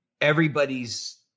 everybody's